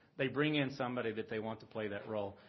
they bring in somebody that they want to play that role.